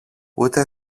ούτε